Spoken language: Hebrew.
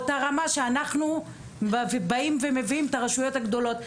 באותה רמה שאנחנו באים ומביאים את הרשויות הגדולות.